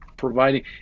providing